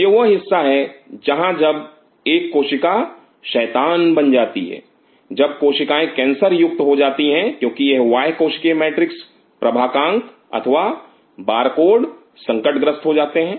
यह वह हिस्सा है जहां जब एक कोशिका शैतान बन जाती है जब कोशिकाएं कैंसरयुक्त हो जाती हैं क्योंकि यह बाह्य कोशिकीय मैट्रिक्स प्रभागांक अथवा बारकोड संकटग्रस्त हो जाते हैं